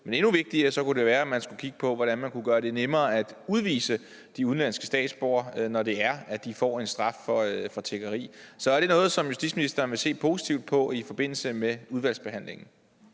Men endnu vigtigere: Det kunne være, at man skulle kigge på, hvordan man kunne gøre det nemmere at udvise de udenlandske statsborgere, når de får en straf for tiggeri. Så er det noget, som justitsministeren vil se positivt på i forbindelse med udvalgsbehandlingen?